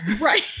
Right